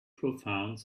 profound